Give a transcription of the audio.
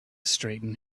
strengthen